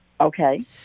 Okay